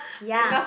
ya